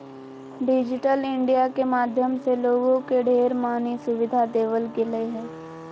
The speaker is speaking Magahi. डिजिटल इन्डिया के माध्यम से लोगों के ढेर मनी सुविधा देवल गेलय ह